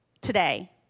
today